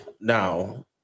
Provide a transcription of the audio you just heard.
Now